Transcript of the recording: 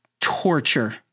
torture